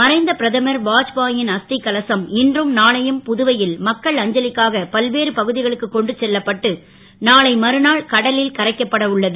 மறைந்த பிரதமர் வாஜ்பா ன் அஸ் கலசம் இன்றும் நாளையும் புதுவை ல் மக்கள் அஞ்சலிக்காக பல்வேறு பகு களுக்கு கொண்டு செல்லப்பட்டு நாளை மறுநாள் கடலில் கரைக்கப்பட உள்ளது